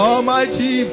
Almighty